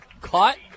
Caught